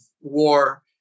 war